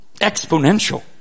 Exponential